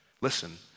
Listen